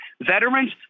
veterans